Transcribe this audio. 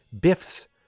Biff's